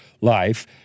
life